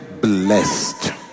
blessed